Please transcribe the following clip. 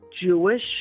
Jewish